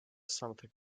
something